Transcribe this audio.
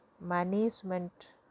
management